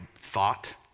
thought